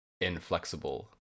inflexible